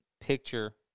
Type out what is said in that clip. picture